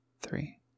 three